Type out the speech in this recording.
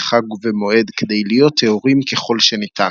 חג ומועד כדי להיות טהורים ככל שניתן.